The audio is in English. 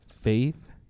faith